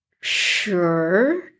sure